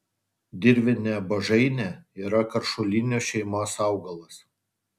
dirvinė buožainė yra karšulinių šeimos augalas